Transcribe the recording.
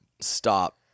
stop